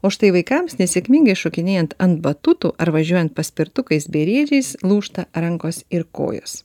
o štai vaikams nesėkmingai šokinėjant ant batutų ar važiuojant paspirtukais bei riedžiais lūžta rankos ir kojas